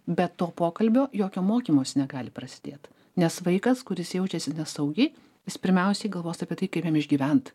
be to pokalbio jokio mokymosi negali prasidėt nes vaikas kuris jaučiasi nesaugiai jis pirmiausiai galvos apie tai kaip jam išgyvent